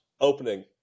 opening